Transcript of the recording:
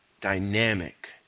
dynamic